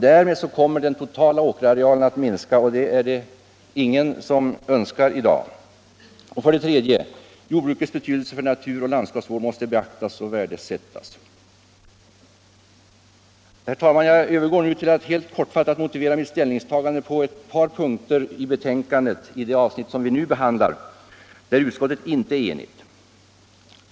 Därmed kommer den totala åkerarealen att minska, och det är det ingen som önskar i dag. Herr talman! Jag övergår nu till att helt kortfattat motivera mitt ställningstagande på ett par punkter i betänkandet där utskottet inte är enigt.